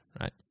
right